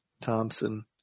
Thompson